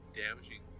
damaging